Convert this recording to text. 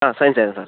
ആ സൈൻ ചെയ്യാം സാർ